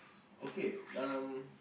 okay gum